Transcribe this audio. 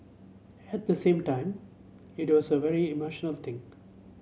at the same time it was a very emotional thing